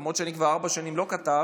למרות שאני כבר ארבע שנים לא כתב,